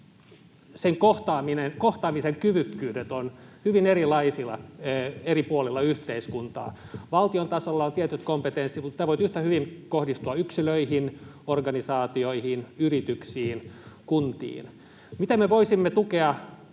kohtaamisen kyvykkyydet ovat hyvin erilaisia eri puolilla yhteiskuntaa. Valtion tasolla on tietyt kompetenssit, mutta tämä voi yhtä hyvin kohdistua yksilöihin, organisaatioihin, yrityksiin, kuntiin. Miten me voisimme tukea